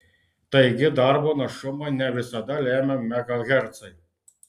taigi darbo našumą ne visada lemia megahercai